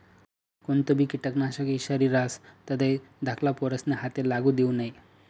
कोणतंबी किटकनाशक ईषारी रहास तधय धाकल्ला पोरेस्ना हाते लागू देवो नै